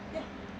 ya